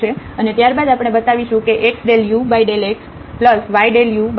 અને ત્યાર બાદ આપણે બતાવશું કે x∂u∂xy∂u∂ysin 2x